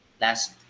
last